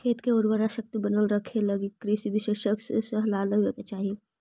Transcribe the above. खेत के उर्वराशक्ति बनल रखेलगी कृषि विशेषज्ञ के सलाह लेवे के चाही